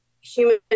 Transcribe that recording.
human